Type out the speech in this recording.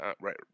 right